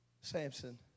Samson